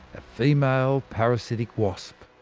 a female parasitic wasp.